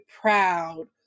proud